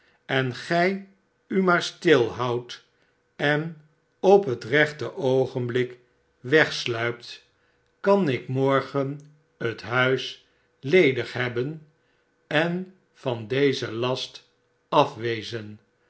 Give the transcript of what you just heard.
en gij u maar stilhoudt en op het rechte oogenblik wegsluipt kan ik n plan van dennis ten opzichte der meisjes morgen het huis ledig hebben en van dezen last af